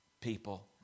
people